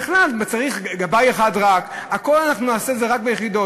בכלל, צריך רק גבאי אחד, נעשה הכול רק ביחידות.